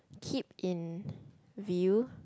keep in view